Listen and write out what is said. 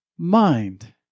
Mind